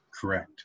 Correct